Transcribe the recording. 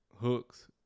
hooks